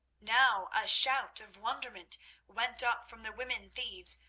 now a shout of wonderment went up from the woman thieves,